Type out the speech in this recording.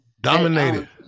Dominated